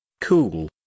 Cool